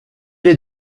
est